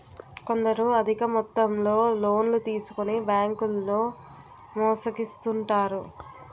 కొందరు అధిక మొత్తంలో లోన్లు తీసుకొని బ్యాంకుల్లో మోసగిస్తుంటారు